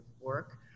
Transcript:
work